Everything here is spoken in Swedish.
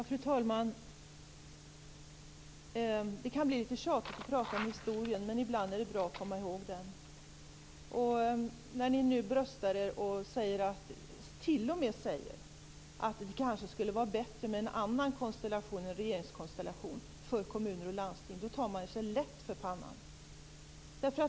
Fru talman! Det kan bli litet tjatigt att prata om historien. Men ibland är det bra att komma ihåg den. När ni nu bröstar er och t.o.m. säger att det kanske skulle vara bättre med en annan regeringskonstellation för kommuner och landsting tar man sig lätt för pannan.